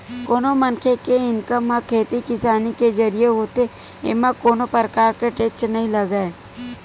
कोनो मनखे के इनकम ह खेती किसानी के जरिए होथे एमा कोनो परकार के टेक्स नइ लगय